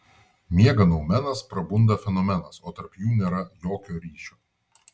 miega noumenas prabunda fenomenas o tarp jų nėra jokio ryšio